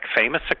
famous